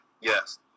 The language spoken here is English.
Yes